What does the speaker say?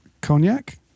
Cognac